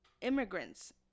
immigrants